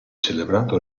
celebrato